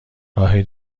راه